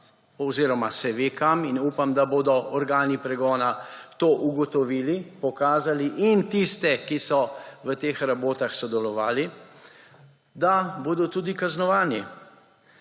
oziroma se ve, kam in upam, da bodo organi pregona to ugotovili, pokazali in tiste, ki so v teh rabotah sodelovali, da bodo tudi kaznovani.